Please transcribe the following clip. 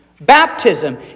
Baptism